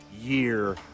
year